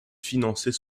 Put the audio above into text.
financer